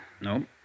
No